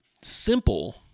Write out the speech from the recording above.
simple